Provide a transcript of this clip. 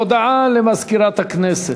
הודעה למזכירת הכנסת.